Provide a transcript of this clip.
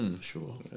Sure